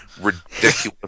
ridiculous